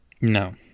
No